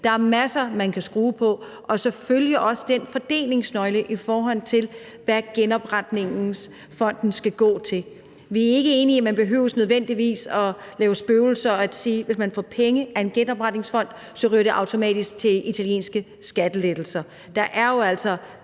Der er masser, man kan skrue på, og selvfølgelig også den fordelingsnøgle, i forhold til hvad genopretningsfonden skal gå til. Vi er ikke enige i, at man nødvendigvis behøver at lave spøgelser og sige, at hvis man får penge af en genopretningsfond, så ryger det automatisk til italienske skattelettelser. Der er jo altså